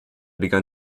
begun